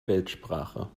weltsprache